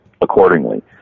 accordingly